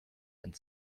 and